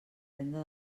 venda